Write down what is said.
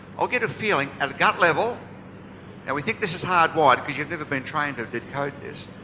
i'll get a feeling, at a gut level, and we think this is hard wired because you've never been trained to decode this.